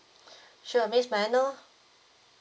sure miss may I know